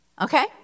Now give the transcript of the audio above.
Okay